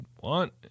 want